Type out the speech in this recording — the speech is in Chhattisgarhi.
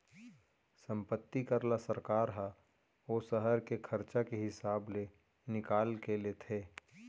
संपत्ति कर ल सरकार ह ओ सहर के खरचा के हिसाब ले निकाल के लेथे